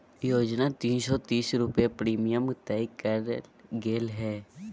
योजना तीन सो तीस रुपये प्रीमियम तय करल गेले हइ